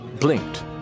blinked